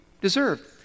deserve